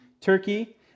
Turkey